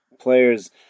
players